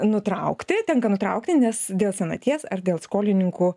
nutraukti tenka nutraukti nes dėl senaties ar dėl skolininkų